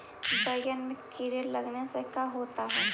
बैंगन में कीड़े लगने से का होता है?